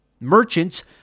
Merchants